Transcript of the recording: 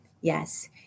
Yes